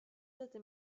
lite